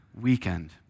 weekend